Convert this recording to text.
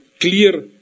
clear